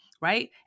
right